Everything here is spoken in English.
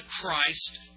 Christ